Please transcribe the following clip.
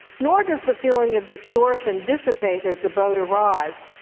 nor does the feeling of distortion dissipate as the boat arrives.